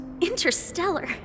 Interstellar